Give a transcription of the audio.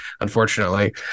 unfortunately